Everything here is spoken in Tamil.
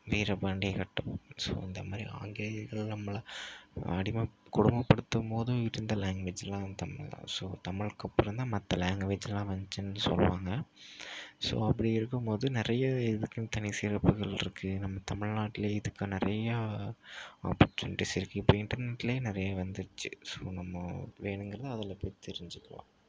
வீரபாண்டிய கட்டபொம்மன் ஸோ இந்தமாதிரி ஆங்கிலேயர்கள் நம்மளை அடிமை கொடுமை படுத்தும்போதும் இருந்த லாங்வேஜ்லாம் தமிழ்தான் ஸோ தமிழுக்கு அப்புறம்தான் மற்ற லாங்குவேஜ்லாம் வந்துச்சினு சொல்லுவாங்கள் ஸோ அப்படி இருக்கும்போது நிறைய இதுக்குன்னு தனி சிறப்புகள் இருக்குது நம்ம தமிழ்நாட்டிலே இதுக்கு நிறையா ஆப்பர்ச்சுனிட்டிஸ் இருக்குது இப்போ இண்டர்நெட்லே நிறைய வந்துடுச்சி ஸோ நம்ம வேணுங்கிறதை அதில் போய் தெரிஞ்சிக்கலாம்